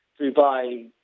Dubai